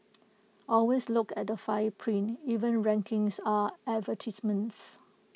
always look at the fine print even rankings are advertisements